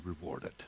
rewarded